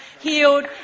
healed